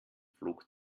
flog